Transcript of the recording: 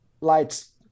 lights